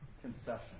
concession